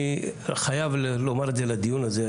אני חייב לומר את זה לדיון הזה,